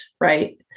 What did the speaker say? Right